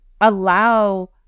allow